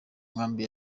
nkambi